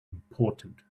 important